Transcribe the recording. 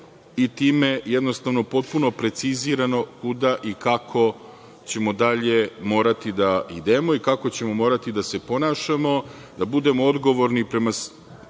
i time jednostavno potpuno precizirano kuda i kako ćemo dalje morati da idemo i kako ćemo morati da se ponašamo, da budemo odgovorni prema